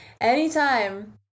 Anytime